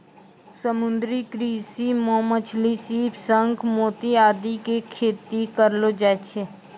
समुद्री कृषि मॅ मछली, सीप, शंख, मोती आदि के खेती करलो जाय छै